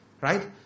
Right